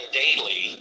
daily